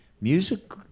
music